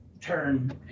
turn